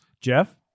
Jeff